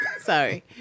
Sorry